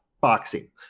boxing